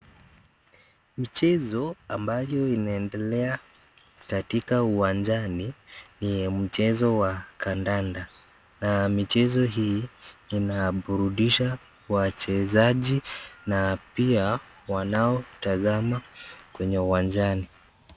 Mchezo ambayo inaendelea katika uwanjani ni ya mchezo wa kadada na michezo hii inaburudisha wachezaji na pia wanaotazama kwenye uwanjani.